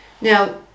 now